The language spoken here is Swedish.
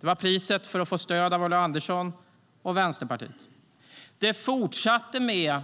Det var priset för att få stöd av Ulla Andersson och Vänsterpartiet. Det fortsatte med